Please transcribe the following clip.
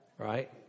Right